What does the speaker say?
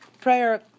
prayer